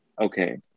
okay